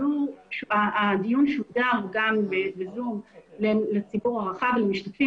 הדיון שודר גם ב-זום לציבור הרחב ולמשתתפים